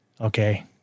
okay